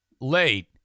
late